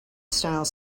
style